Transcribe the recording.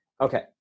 Okay